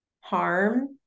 harm